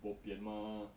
bo pian mah